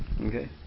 Okay